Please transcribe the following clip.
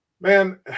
man